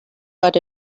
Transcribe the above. but